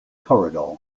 corridor